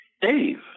Dave